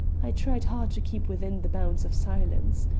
i tried hard to keep within the bounds of silence.